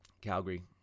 Calgary